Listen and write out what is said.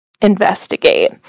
investigate